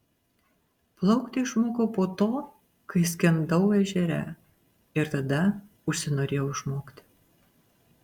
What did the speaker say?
plaukti išmokau po to kai skendau ežere ir tada užsinorėjau išmokti